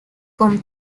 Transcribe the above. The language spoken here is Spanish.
con